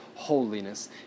holiness